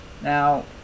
Now